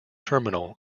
terminal